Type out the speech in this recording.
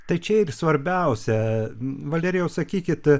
tai čia ir svarbiausia valerijau sakykit